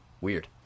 weird